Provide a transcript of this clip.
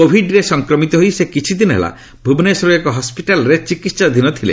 କୋଭିଡ୍ରେ ସଂକ୍ରମିତ ହୋଇ ସେ କିଛି ଦିନ ହେଲା ଭୁବନେଶ୍ୱରର ଏକ ହସ୍କିଟାଲ୍ରେ ଚିକିତ୍ସାଧୀନ ଥିଲେ